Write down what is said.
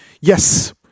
Yes